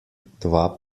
dva